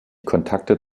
kontakte